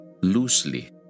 loosely